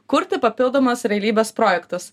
kurti papildomos realybės projektus